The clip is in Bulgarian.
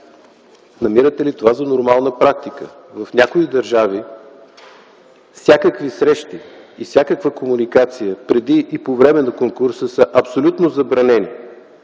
Намирате ли това за нормална практика? В някои държави всякакви срещи и всякаква комуникация преди и по време на конкурса са абсолютно забранени,